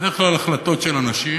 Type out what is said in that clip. בדרך כלל החלטות של אנשים,